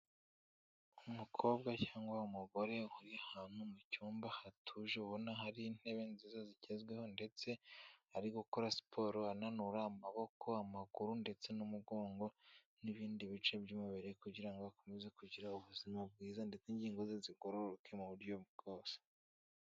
Umukobwa cyangwa umugore uri ahantu mu cyumba hatuje ubona hari intebe nziza zigezweho ndetse ari gukora siporo ananura amaboko, amaguru ndetse n'umugongo n'ibindi bice by'umubiri kugira ngo akomeze kugira ubuzima bwiza ndetse ingingo ze zigororoke mu buryo bwose.